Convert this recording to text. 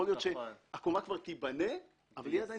להיות שהקומה כבר תיבנה ויהיו עדיין